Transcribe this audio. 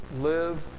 live